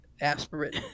aspirate